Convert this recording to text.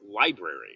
library